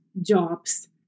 jobs